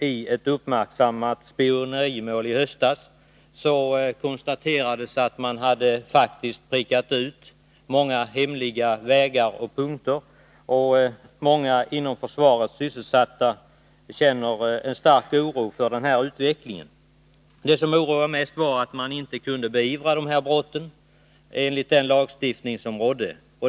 I ett uppmärksammat spionerimål i höstas konstaterades att många hemliga vägar och punkter hade prickats ut. Många inom försvaret sysselsatta känner en stark oro för den här utvecklingen. Det som är mest oroande är att man inte kunnat beivra sådana här brott enligt gällande lagstiftning.